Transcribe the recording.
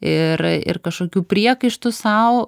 ir ir kažkokių priekaištų sau